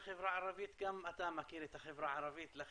וגם אתה מכיר את החברה הערבית לא